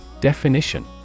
Definition